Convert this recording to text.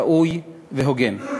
ראוי והוגן.